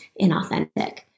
inauthentic